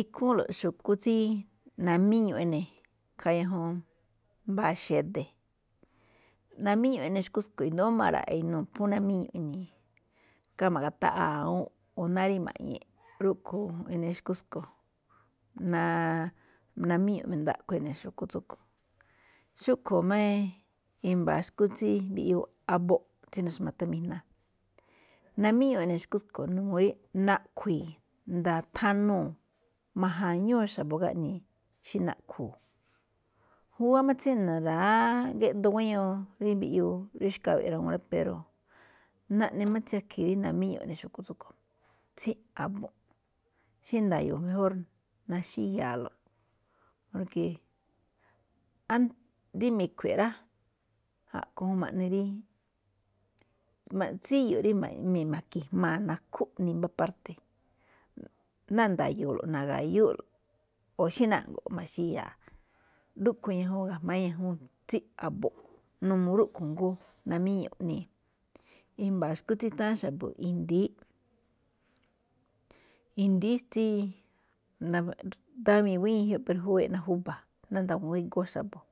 Ikhúúnꞌlo̱ꞌ xu̱kú tsí namíño̱ꞌ ene̱, ikhaa ñajuun mbáa xede̱, namíñu̱ꞌ eꞌne xúkú tsúꞌkhue̱n, indo̱ó ma̱ra̱ꞌa̱ inuu̱, phú namíñu̱ꞌ ini̱i̱, khá ma̱ga̱taꞌa̱a̱ awúunꞌ, o náá rí ma̱ꞌñiꞌ, rúꞌkhue̱n eꞌne xu̱kú tsúꞌkhue̱n, namíñu̱ꞌ mi̱ndaꞌkho xu̱kú tsúꞌkhue̱n. Xúꞌkhue̱n máꞌ i̱mba̱a̱ xu̱kú tsí mbiꞌyuu a̱bo̱ꞌ tsí nu̱xma̱tha mi̱jna̱, namíñu̱ꞌ ene̱ xu̱kú tsúꞌkhue̱n n uu ri naꞌkhui̱i̱ nda̱a̱ thanuu̱, ma̱ja̱ñuu̱ x̱abo̱ gaꞌnii̱ xí na̱ꞌkhu̱u̱. Júwá máꞌ tsí ra̱geꞌdoo guéño ri xkawe̱ꞌ rawúu̱n rí mbiꞌyuu rí xkawe̱ꞌ rawuu̱n, pero naꞌne máꞌ tsiake̱ rí namíñu̱ꞌ eꞌne xu̱kú tsúꞌkhue̱n tsí a̱bo̱ꞌ, ndayo̱o̱ mejór, na̱xíya̱a̱lo̱ꞌ porke rí mi̱khui̱ꞌ rá, a̱ꞌkhue̱n juun ma̱ꞌne rí, tsíyo̱ꞌ rí ma̱ki̱jmaa̱ nakhú, nimbá parte̱. Ná nda̱yo̱o̱lo̱ꞌ na̱ga̱yú o xí na̱ꞌngo̱ꞌ ma̱xíyaa̱, rúꞌkhue̱n ñajuun ga̱jma̱á ñajuun tsí a̱bo̱ꞌ, n uu rúꞌkhue̱n jngó, namíñuꞌ iꞌnii̱. i̱mba̱a̱ xu̱kú tsí nutháán xa̱bo̱ i̱ndi̱í, i̱ndi̱í tsí ndawi̱i̱n guíñii ge̱jioꞌ pero juwee̱ꞌ ná júba̱, ná na̱nguá igóó xabo̱,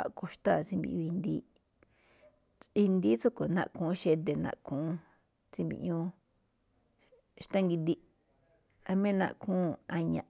a̱ꞌkhue̱n xatáa̱ tsí mbiꞌyuu i̱ndi̱í, i̱ndi̱í tsúꞌhue̱n naꞌkhu̱ún xede̱, naꞌkhu̱ún tsí mbiꞌñúú xtángidi jamí naꞌkhuu̱n a̱ña̱ꞌ.